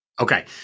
Okay